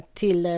till